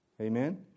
Amen